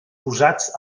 posats